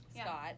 Scott